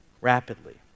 rapidly